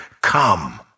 Come